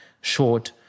short